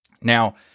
Now